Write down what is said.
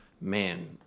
man